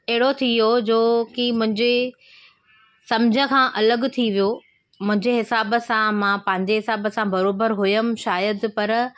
अहिड़ो थियो जो की मुंहिंजे सम्झ खां अलॻि थी वियो मुंहिंजे हिसाब सां मां पंहिंजे हिसाब सां बरोबरु हुयमि शायदि पर